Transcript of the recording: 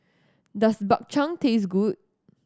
does Bak Chang taste good